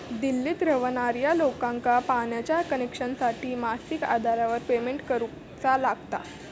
दिल्लीत रव्हणार्या लोकांका पाण्याच्या कनेक्शनसाठी मासिक आधारावर पेमेंट करुचा लागता